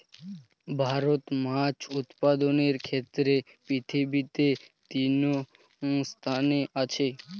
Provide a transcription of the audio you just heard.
ভারত মাছ উৎপাদনের ক্ষেত্রে পৃথিবীতে তৃতীয় স্থানে আছে